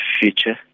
future